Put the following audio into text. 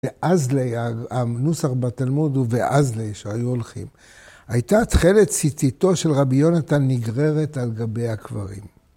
ואזלי, הנוסח בתלמוד הוא ואזלי, שהיו הולכים. הייתה תכלת ציציתו של רבי יונתן נגררת על גבי הקברים.